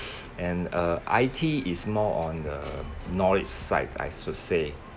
and uh I_T is more on the knowledge side I should say